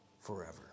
forever